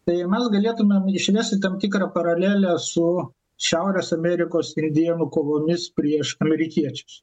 tai mes galėtumėm išvesti tam tikrą paralelę su šiaurės amerikos indėnų kovomis prieš amerikiečius